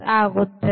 ಆಗುತ್ತದೆ